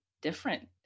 different